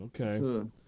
Okay